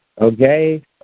okay